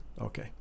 Okay